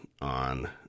on